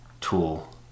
tool